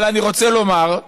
אבל אני רוצה לומר,